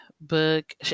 book